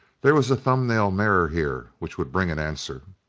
there was a thumbnail mirror here which would bring an answer.